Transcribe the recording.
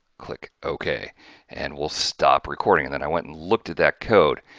click ok and we'll stop recording then i went and looked at that code.